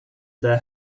their